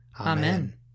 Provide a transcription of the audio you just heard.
Amen